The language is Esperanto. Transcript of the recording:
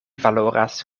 valoras